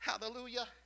Hallelujah